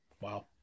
Wow